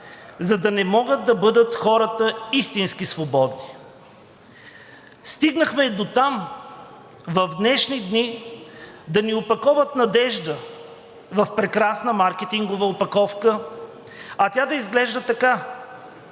за да не могат да бъдат хората истински свободни. Стигнахме дотам в днешни дни да ни опаковат надежда в прекрасна маркетингова опаковка, а тя да изглежда така: